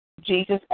Jesus